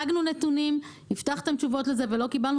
הצגנו נתונים, הבטחתם תשובות לזה ולא קיבלנו.